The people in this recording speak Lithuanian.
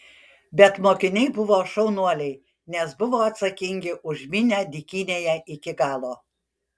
bet mokiniai buvo šaunuoliai nes buvo atsakingi už minią dykynėje iki galo